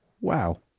Wow